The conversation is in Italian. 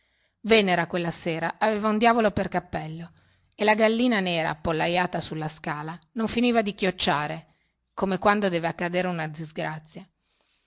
venera quella sera aveva un diavolo per capello e la gallina nera appollaiata sulla scala non finiva di chiocciare come quando deve accadere una disgrazia